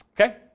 Okay